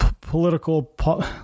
political